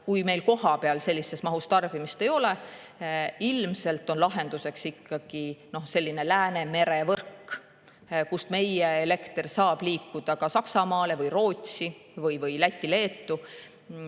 kui meil kohapeal sellises mahus tarbimist ei ole. Ilmselt on lahenduseks ikkagi selline Läänemere võrk, kust meie elekter saab liikuda ka Saksamaale, Rootsi või Lätti ja Leetu.